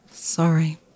Sorry